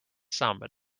samba